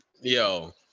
Yo